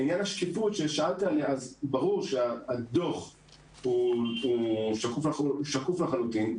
לעניין השקיפות שנשאלתי עליה: ברור שהדוח הוא שקוף לחלוטין.